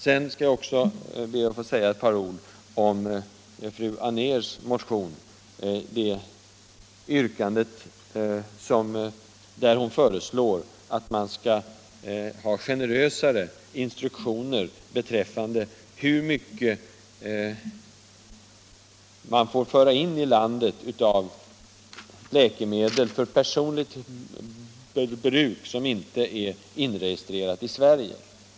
Sedan skall jag också be att få säga ett par ord om fru Anérs motion, där hon föreslår generösare instruktioner för hur mycket man för personligt bruk skall få föra in i landet av läkemedel av sådana slag som inte är inregistrerade i Sverige.